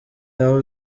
aho